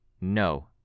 No